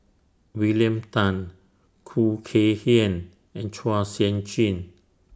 William Tan Khoo Kay Hian and Chua Sian Chin